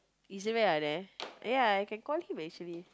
ya I can call him actually